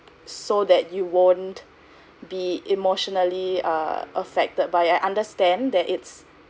so that you won't be emotionally err affected but I understand that it's